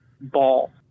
ball